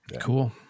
Cool